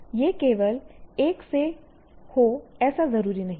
यह केवल एक से हो ऐसा जरूरी नहीं है